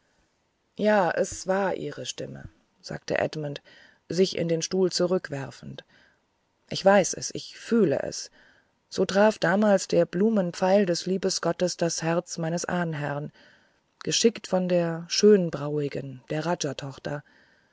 ja es war ihre stimme sagte edmund sich in den stuhl zurückwerfend ich weiß es ich fühle es so traf damals der blumenpfeil des liebesgottes das herz meines ahnherrn geschickt von der schön brauigen der